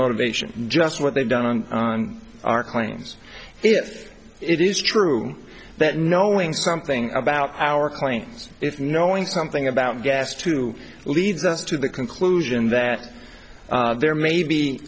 motivation just what they've done on our claims if it is true that knowing something about our claims if knowing something about gas two leads us to the conclusion that there may